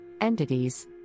Entities